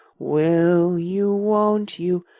will you, won't you,